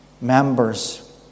members